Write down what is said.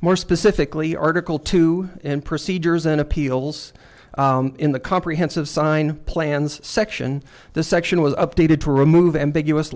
more specifically article two and procedures in appeals in the comprehensive sign plans section the section was updated to remove ambiguous